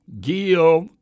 give